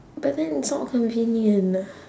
but then it's not convenient